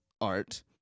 art